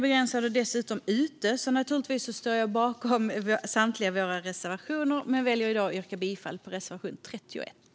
Jag står naturligtvis bakom samtliga våra reservationer men väljer i dag att yrka bifall endast till reservation 31.